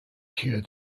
cure